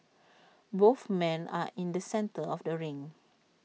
both men are in the centre of the ring